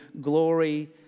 glory